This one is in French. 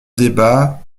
débat